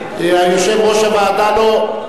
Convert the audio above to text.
יושב-ראש הוועדה לא,